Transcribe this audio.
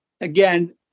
again